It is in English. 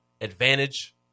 advantage